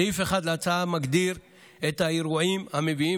סעיף 1 להצעה מגדיר את האירועים המביאים